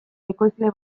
ekoizle